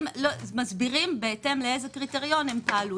מסבירים בהתאם לאיזה קריטריון הם פעלו.